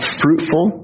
fruitful